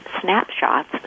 snapshots